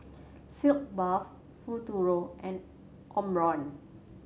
Sitz Bath Futuro and Omron